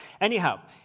Anyhow